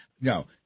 no